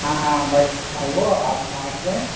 হ্যাঁ হ্যাঁ বাড়িতে থাকব আপনি আসবেন